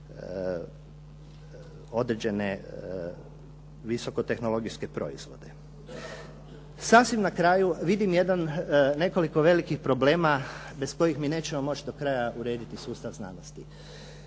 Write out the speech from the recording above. određene visokotehnologijske proizvode. Sasvim na kraju vidim jedan, nekoliko velikih problema bez kojih mi nećemo moći do kraja urediti sustav znanosti.